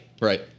Right